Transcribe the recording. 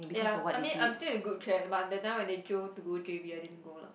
ya I mean I'm still in good track but that time when they jio to go gym ya I didn't go lah